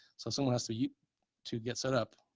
so someone has to use to get set up,